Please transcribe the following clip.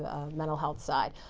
mental health side.